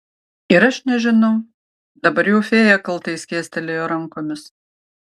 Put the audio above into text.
ir aš nežinau dabar jau fėja kaltai skėstelėjo rankomis